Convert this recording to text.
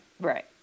Right